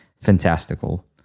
Fantastical